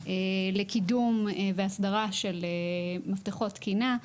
לקידום והסדרה של מפתחות תקינה.